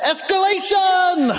Escalation